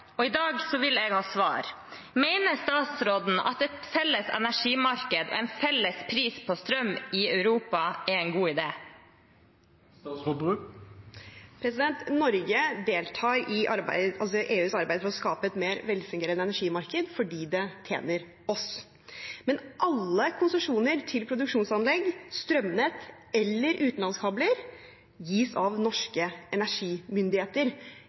I dag vil jeg ha svar. Mener statsråden at et felles energimarked og en felles pris på strøm i Europa er en god idé? Norge deltar i EUs arbeid for å skape et mer velfungerende energimarked fordi det tjener oss. Men alle konsesjoner til produksjonsanlegg, strømnett eller utenlandskabler gis av norske energimyndigheter.